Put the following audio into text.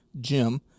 Jim